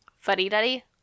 fuddy-duddy